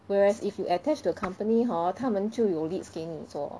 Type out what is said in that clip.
whereas if you attached to accompany hor 他们就有 leads 给你做